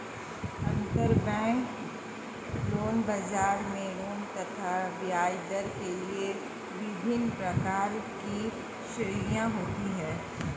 अंतरबैंक ऋण बाजार में ऋण तथा ब्याजदर के लिए विभिन्न प्रकार की श्रेणियां होती है